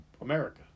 America